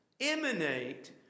emanate